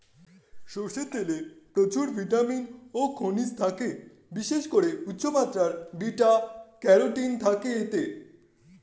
সরষের তেলে প্রচুর ভিটামিন ও খনিজ থাকে, বিশেষ করে উচ্চমাত্রার বিটা ক্যারোটিন থাকে এতে